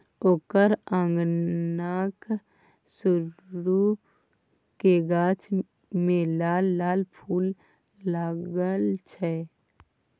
ओकर अंगनाक सुरू क गाछ मे लाल लाल फूल लागल छै